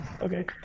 Okay